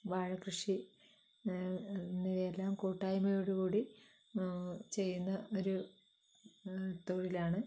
വാഴക്കൃഷി എന്നിവയെല്ലാം കൂട്ടായ്മയോടുകൂടി ചെയ്യുന്ന ഒരു തൊഴിലാണ്